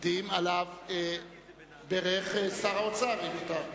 התקדים שעליו בירך שר האוצר.